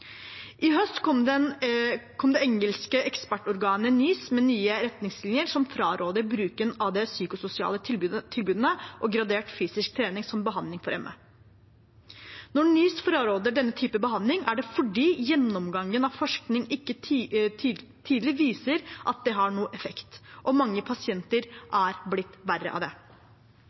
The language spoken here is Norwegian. I høst kom det engelske eksportorganet NICE med nye retningslinjer som fraråder bruken av de psykososiale tilbudene og gradert fysisk trening som behandling for ME. Når NICE fraråder denne typen behandling, er det fordi gjennomgangen av forskning ikke tydelig viser at det har noe effekt, og at mange pasienter er blitt verre av det.